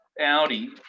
Audi